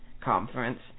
conference